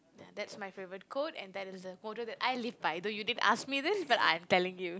ya that's my favorite quote and that is the motto I live by though you didn't ask me this but I'm telling you